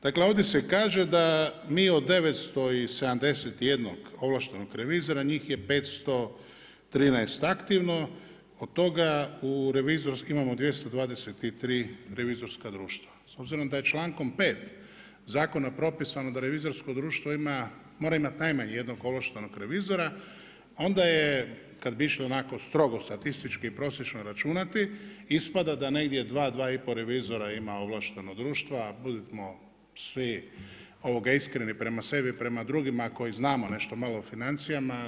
Dakle ovdje se kaže da mi od 971 ovlaštenog revizora, njih je 513 aktivno, od toga imamo 223 revizorska društva. s obzirom da je člankom 5. zakon propisano da revizorsko društvo mora imati najmanje jednog ovlaštenog revizora, onda je kad bi išli onako strogo, statistički prosječno računati, ispada da negdje 2, 2 i pol revizora imao ovlaštena društva, budimo svi iskreni prema sebi, prema drugima, koji znamo nešto malo o financijama.